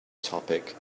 topic